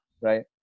Right